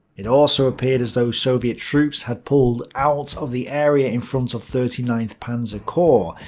it also appeared as though soviet troops had pulled out of the area in front of thirty ninth panzer corps.